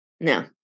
No